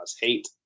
hate